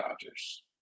Dodgers